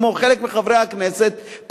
כמו חלק מחברי הכנסת,